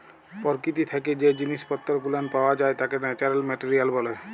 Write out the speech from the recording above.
পরকীতি থাইকে জ্যে জিনিস পত্তর গুলান পাওয়া যাই ত্যাকে ন্যাচারাল মেটারিয়াল ব্যলে